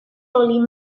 lolly